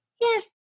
Yes